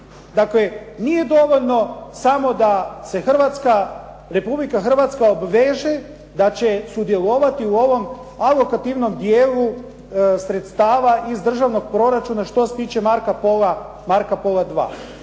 Dakle, nije dovoljno samo da se Hrvatska, Republika Hrvatska obveže da će sudjelovati u ovom lokativnom dijelu sredstava iz državnog proračuna što se tiče "Marca Pola II", jer to